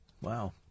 Wow